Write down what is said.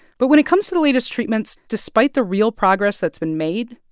but when it comes to the latest treatments, despite the real progress that's been made,